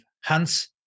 Hans